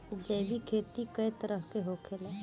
जैविक खेती कए तरह के होखेला?